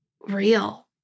real